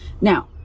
now